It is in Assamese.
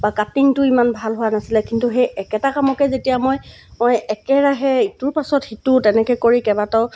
বা কাটিংটো ইমান ভাল হোৱা নাছিলে কিন্তু সেই একেটা কামকেই যেতিয়া মই মই একেৰাহে ইটোৰ পাছত সিটো তেনেকৈ কৰি কেইবাটাও